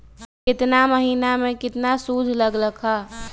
केतना महीना में कितना शुध लग लक ह?